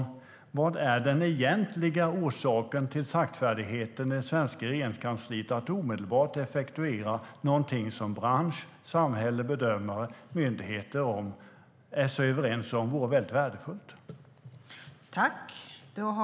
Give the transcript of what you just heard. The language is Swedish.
Vilken är den egentliga orsaken till saktfärdigheten i det svenska Regeringskansliet? Varför kan man inte omedelbart effektuera någonting som bransch, samhälle, bedömare och myndigheter är så överens om vore väldigt värdefullt?